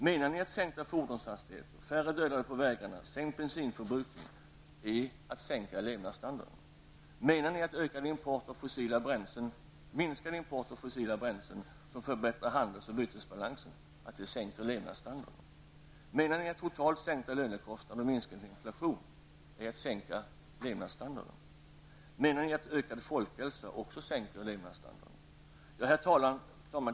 Menar ni att sänkta fordonshastigheter, färre dödade på vägarna och sänkt bensinförbrukning är att sänka levnadsstandarden? Menar ni att minskad import av fossila bränslen -- som förbättrar handels och bytesbalansen -- sänker levnadsstandarden? Menar ni att totalt sänkta lönekostnader och minskad inflation sänker levnadsstandarden? Menar ni att ökad folkhälsa också sänker levnadsstandarden? Herr talman!